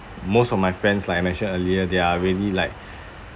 most of my friends like I mentioned earlier they are already like